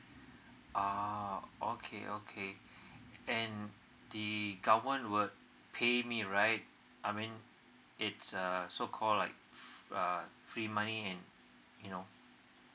ah okay okay and the government will pay me right I mean it's a so call like a free money and you know